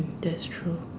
that's true